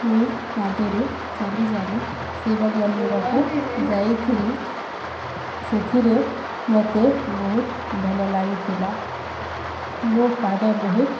ମୁଁ ପାଦରେ ଚାଲି ଚାଲି ଶିବ ମନ୍ଦିରକୁ ଯାଇଥିଲି ସେଥିରେ ମୋତେ ବହୁତ ଭଲ ଲାଗିଥିଲା ମୋ ପାଦ ବହୁତ